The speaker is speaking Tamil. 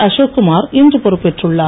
அசோக் குமார் இன்று பொறுப்பேற்றுள்ளார்